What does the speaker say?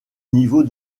niveau